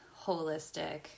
holistic